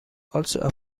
also